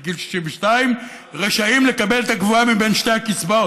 את גיל 62 רשאים לקבל את הגבוהה מבין שתי הקצבאות.